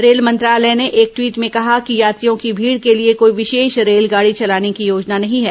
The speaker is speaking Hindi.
रेल मंत्रालय ने एक टवीट में कहा कि यात्रियों की भीड़ के लिए कोई विशेष रेलगाड़ी चलाने की योजना नहीं है